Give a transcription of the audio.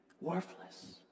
worthless